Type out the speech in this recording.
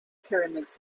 pyramids